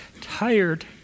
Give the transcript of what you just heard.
tired